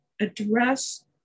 address